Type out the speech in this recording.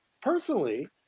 personally